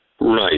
Right